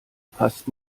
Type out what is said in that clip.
passt